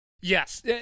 Yes